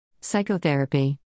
Psychotherapy